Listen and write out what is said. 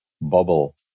bubble